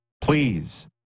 please